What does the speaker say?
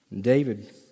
David